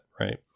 right